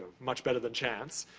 much better than chance.